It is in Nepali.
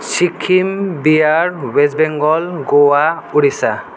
सिक्किम बिहार वेस्ट बेङ्गाल गोवा उडिसा